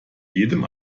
jedem